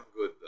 good